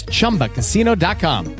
ChumbaCasino.com